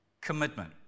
commitment